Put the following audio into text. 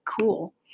cool